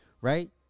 Right